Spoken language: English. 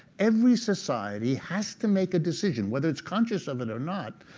every society has to make a decision, whether it's conscious of it or not,